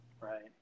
Right